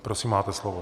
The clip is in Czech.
Prosím, máte slovo.